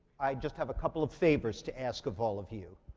i just have a couple of favors to ask of all of you.